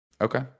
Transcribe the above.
Okay